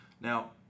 Now